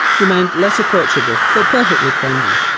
remained less approachable but perfectly friendly.